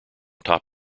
top